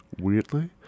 weirdly